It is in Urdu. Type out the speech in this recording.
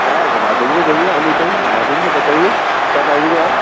ہاں گھوما دیں گے بھیا علی بھائی گھما دیں گے بتائیے کب آئیں گے آپ